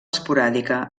esporàdica